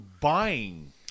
buying